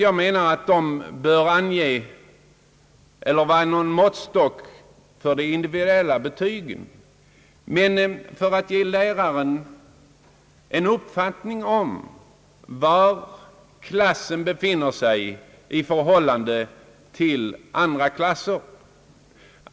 Jag menar inte att dessa prov bör vara en måttstock för de individuella betygen, utan de bör ge läraren en uppfattning om var klassen befinner sig i förhållande till andra klasser.